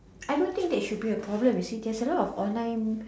I don't think there should be a problem you see there is a lot of online